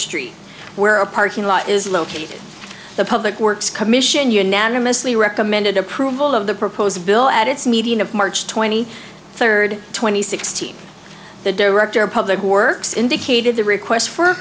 street where a parking lot is located the public works commission unanimously recommended approval of the proposed bill at its meeting of march twenty third two thousand and sixteen the director of public works indicated the request for